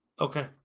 Okay